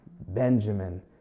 Benjamin